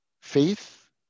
faith